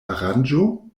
aranĝo